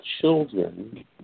children